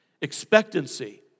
Expectancy